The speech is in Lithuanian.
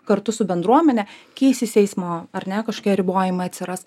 kartu su bendruomene keisis eismo ar ne kažkokie ribojimai atsiras